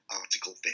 Article